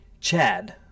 Chad